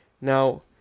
now